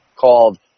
called